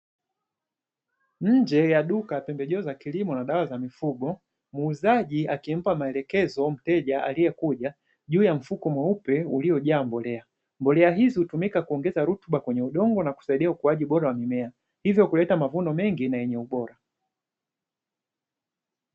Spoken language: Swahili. Nje ya duka la pembejeo za kilimo na dawa za mifugo, muuzaji akimpa maelekezo mteja aliyekuwa, juu ya mfuko mweupe uliojaa mbolea. Mbolea hizi hutumika kuongeza rutuba kwenye udongo na kusaidia ukuaji bora wa mimea, hivyo kuleta mavuno mengi na yenye ubora.